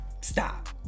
stop